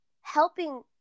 helping